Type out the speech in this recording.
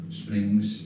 springs